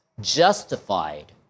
justified